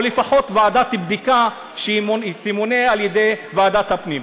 או לפחות ועדת בדיקה שתמונה על ידי ועדת הפנים.